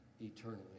eternally